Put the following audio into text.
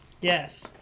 Yes